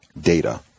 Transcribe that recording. data